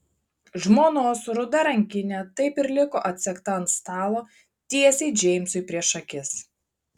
žmonos ruda rankinė taip ir liko atsegta ant stalo tiesiai džeimsui prieš akis